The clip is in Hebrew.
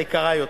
היקרה יותר,